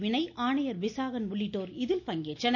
வினய் ஆணையர் விசாகன் உள்ளிட்டோர் இதில் பங்கேற்றனர்